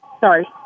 Sorry